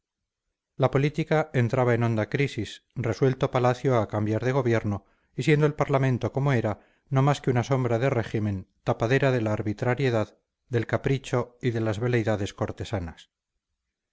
la política entraba en honda crisis resuelto palacio a cambiar de gobierno y siendo el parlamento como era no más que una sombra de régimen tapadera de la arbitrariedad del capricho y de las veleidades cortesanas